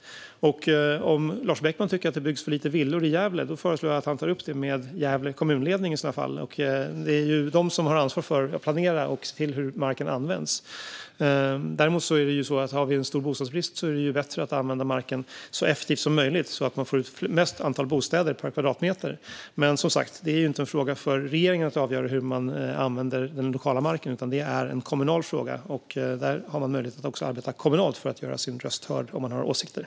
Om Lars Beckman tycker att det byggs för lite villor i Gävle föreslår jag att han tar upp det med Gävles kommunledning; det är ju de som har ansvar för att planera och se över hur marken används. Har vi stor bostadsbrist är det dock bättre att använda marken så effektivt som möjligt, så att man får ut störst antal bostäder per kvadratmeter, men hur man använder den lokala marken är som sagt inte en fråga för regeringen att avgöra. Det är i stället en kommunal fråga, och alla som har åsikter har möjlighet att arbeta kommunalt för att göra sin röst hörd.